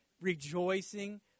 rejoicing